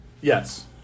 Yes